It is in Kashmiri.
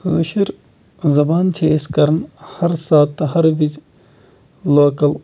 کٲشِر زبان چھِ أسۍ کَران ہر ساتہٕ تہٕ ہر وِزِ لوکَل